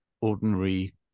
ordinary